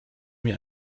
mir